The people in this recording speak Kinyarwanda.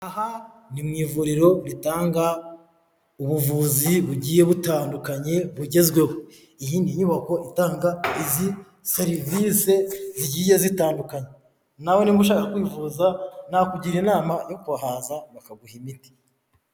Aha ni mu ivuriro ritanga ubuvuzi bugiye butandukanye, bugezweho. Iyi ni inyubako itanga izi serivise zigiye zitandukanye. Nawe niba ushaka kwivuza, nakugira inama yo kuhaza, bakaguha imiti.